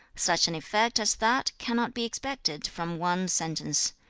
such an effect as that cannot be expected from one sentence.